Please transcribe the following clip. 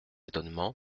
étonnement